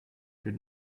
good